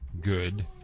good